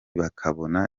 bakabona